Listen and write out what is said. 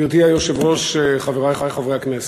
גברתי היושבת-ראש, חברי חברי הכנסת,